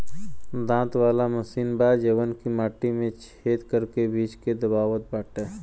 दांत वाला मशीन बा जवन की माटी में छेद करके बीज के दबावत बाटे